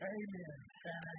amen